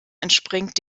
entspringt